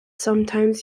sometimes